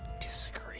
Disagree